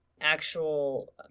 actual